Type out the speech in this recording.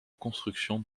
construction